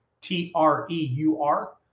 t-r-e-u-r